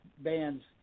bands